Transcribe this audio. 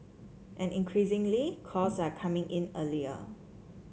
and increasingly calls are coming in earlier